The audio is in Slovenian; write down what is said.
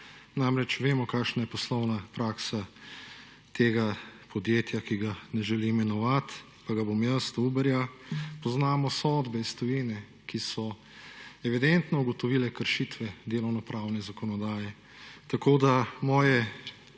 namreč, vemo, kakšna je poslovna praksa tega podjetja, ki ga ne želi imenovat, pa ga bom jaz, Uberja, poznamo sodbe iz tujine, ki so evidentno ugotovile kršitve delovnopravne zakonodaje. Tako da, moje